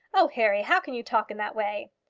oh, harry, how can you talk in that way?